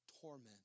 torment